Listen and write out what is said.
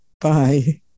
bye